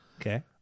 Okay